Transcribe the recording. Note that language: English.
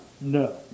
no